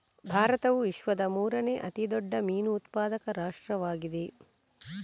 ಭಾರತವು ವಿಶ್ವದ ಮೂರನೇ ಅತಿ ದೊಡ್ಡ ಮೀನು ಉತ್ಪಾದಕ ರಾಷ್ಟ್ರವಾಗಿದೆ